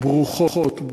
ברוכות.